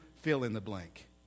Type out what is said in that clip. fill-in-the-blank